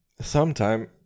sometime